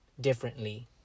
differently